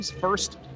first